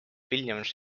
williams